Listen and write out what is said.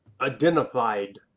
identified